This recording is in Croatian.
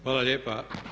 Hvala lijepa.